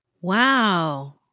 Wow